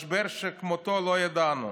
משבר שכמותו לא ידענו.